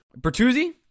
Bertuzzi